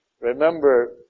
Remember